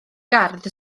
gardd